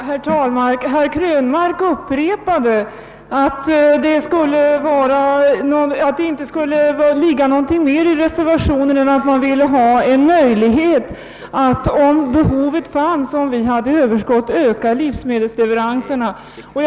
Herr talman! Herr Krönmark upprepade att det inte skulle ligga någonting mer i reservationen än att man ville ha en möjlighet att öka livsmedelsleveranserna, om behovet fanns och om vi hade överskott.